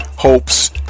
hopes